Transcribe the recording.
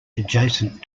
adjacent